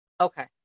Okay